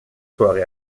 tore